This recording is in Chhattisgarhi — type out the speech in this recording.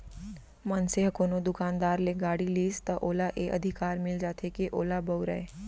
मनसे ह कोनो दुकानदार ले गाड़ी लिस त ओला ए अधिकार मिल जाथे के ओला बउरय